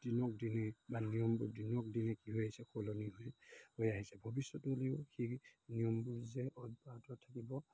দিনক দিনে বা নিয়মবোৰ দিনক দিনে কি হৈ আহিছে সলনি হৈ আহিছে ভৱিষ্যতলৈও সেই নিয়মবোৰ যে অব্যাহত থাকিব